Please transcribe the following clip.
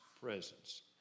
presence